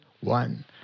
one